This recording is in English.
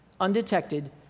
undetected